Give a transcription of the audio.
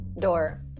Door